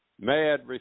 Mad